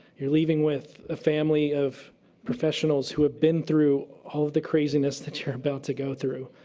you're leaving with a family of professionals who have been through all of the craziness that you're about to go through.